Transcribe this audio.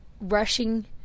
rushing